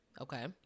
Okay